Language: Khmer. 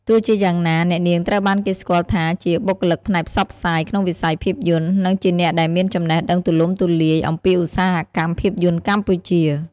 ទោះជាយ៉ាងណា អ្នកនាងត្រូវបានគេស្គាល់ថាជា បុគ្គលិកផ្នែកផ្សព្វផ្សាយ ក្នុងវិស័យភាពយន្ត និងជាអ្នកដែលមានចំណេះដឹងទូលំទូលាយអំពីឧស្សាហកម្មភាពយន្តកម្ពុជា។